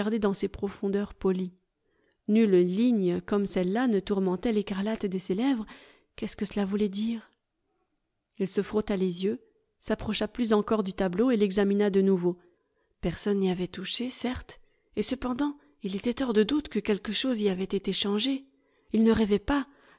dans ses profondeurs polies nulle ligne comme celle-là ne tourmentait l'écarlate de ses lèvres qu'est-ce que cela voulait dire il se frotta les yeux s'approcha plus encore du tableau et l'examina de nouveau personne n'y avait touché certes et cependant il était hors de doute que quelque chose y avait été changé il ne rêvait pas